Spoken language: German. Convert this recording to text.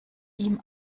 ihm